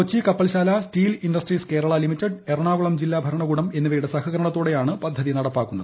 കൊച്ചി കപ്പൽശാല steel industries Kerala limited Ernakulam ജില്ല ഭരണകൂടം എന്നിവയുടെ സഹകരണത്തോടെയാണ് പദ്ധതി നടപ്പാക്കുന്നത്